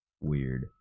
weird